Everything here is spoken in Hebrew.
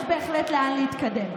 יש בהחלט לאן להתקדם.